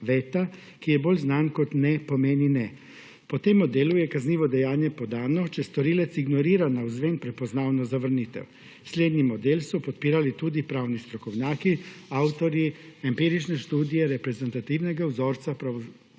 veta, ki je bolj znan kot »Ne pomeni ne.« Po tem modelu je kaznivo dejanje podano, če storilec ignorira navzven prepoznavno zavrnitev. Slednji model so podpirali tudi pravni strokovnjaki, avtorji empirične študije, reprezentativnega vzorca pravosodne